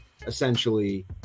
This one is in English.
essentially